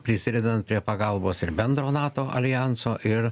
prisidedant prie pagalbos ir bendro nato aljanso ir